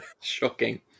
Shocking